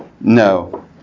no